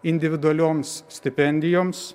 individualioms stipendijoms